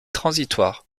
transitoire